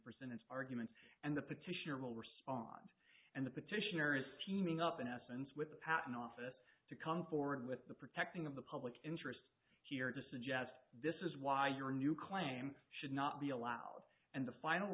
percentage arguments and the petitioner will respond and the petitioner is teaming up in essence with the patent office to come forward with the protecting of the public interest here to suggest this is why your new claims should not be allowed and the final